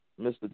Mr